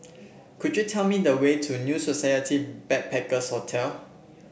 could you tell me the way to New Society Backpackers' Hotel